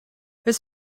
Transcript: his